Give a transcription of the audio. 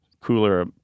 cooler